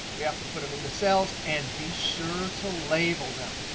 we have to put them in the cells and be sure to label them.